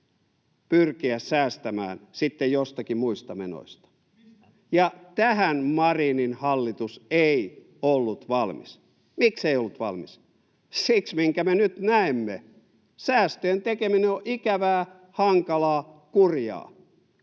pyrkiä säästämään sitten joistakin muista menoista, [Jussi Saramo: Mistä?] ja tähän Marinin hallitus ei ollut valmis. Miksei ollut valmis? Siksi, minkä me nyt näemme: säästöjen tekeminen on ikävää, hankalaa, kurjaa.